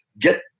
get